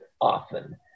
often